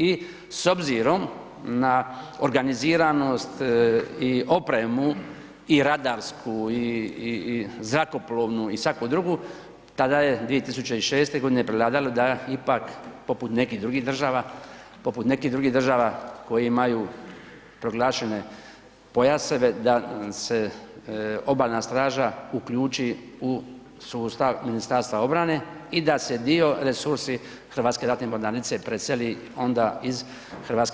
I s obzirom na organiziranost i opremu i radarsku i zrakoplovnu i svaku drugu, tada je 2006. prevladalo da ipak poput nekih drugih država koje imaju proglašene pojaseve, da se Obalna straža uključi u sustav Ministarstva obrane i da se dio resursa HRM-a preseli onda iz HRM-a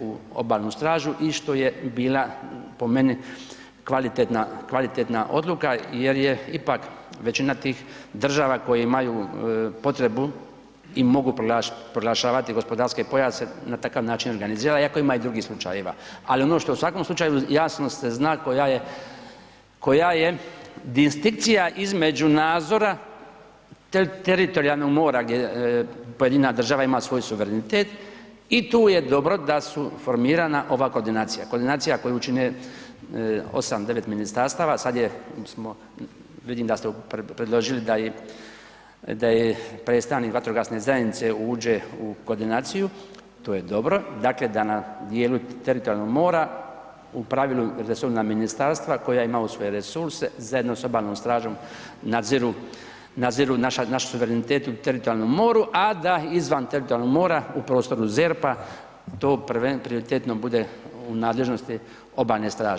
u Obalnu stražu i što je i bila po meni kvalitetna odluka jer je ipak većina tih država koje imaju potrebu i mogu proglašavati gospodarske pojase, na takav način organizira iako ima i drugih slučajeva ali ono što u svakom slučaju jasno se zna koja je distinkcija između nadzora teritorijalnog mora gdje pojedina država ima svoj suverenitet i tu je dobro da su formirana ova koordinacija, koordinacija koju čine 8, 9 ministarstava, sad vidim da ste predložili da i predstavnik vatrogasne zajednice uđe u koordinaciju, to je dobro, dakle da na djelu teritorijalnog mora u pravilu resorna ministarstva koja imaju svoje resurse, zajedno sa Obalnom stražom nadziru naš suverenitet u teritorijalnom moru a da izvan teritorijalnog mora u prostoru ZERP-a, to prioritetno bude u nadležnosti Obalne straže.